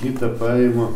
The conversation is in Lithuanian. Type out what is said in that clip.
kitą paimu